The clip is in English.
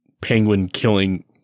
penguin-killing